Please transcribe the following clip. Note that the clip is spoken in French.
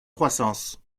croissance